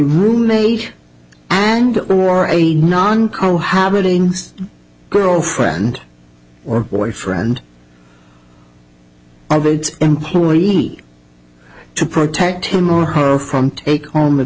roommate and or a non co habiting girlfriend or boyfriend of the employee to protect him or her from take